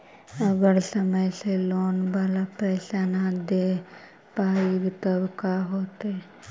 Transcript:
अगर समय से लोन बाला पैसा न दे पईबै तब का होतै?